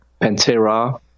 Pantera